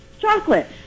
Chocolate